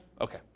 Okay